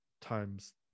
times